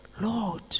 Lord